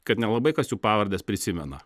kad nelabai kas jų pavardes prisimena